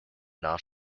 not